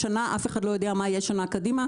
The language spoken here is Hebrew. אף אחד לא יודע מה יהיה שנה קדימה.